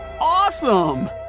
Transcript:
Awesome